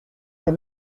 les